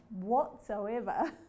whatsoever